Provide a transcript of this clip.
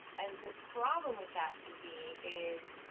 and the problem with that can be is